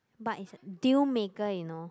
but is deal maker you know